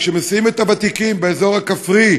כשמסיעים את הוותיקים באזור הכפרי,